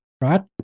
right